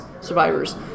survivors